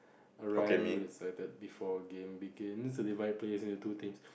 Orion is excited before game begins divide players into two teams